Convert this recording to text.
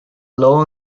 law